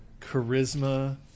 charisma